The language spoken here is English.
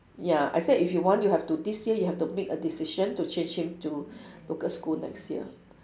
ya I said if you want you have to this year you have to make a decision to change him to local school next year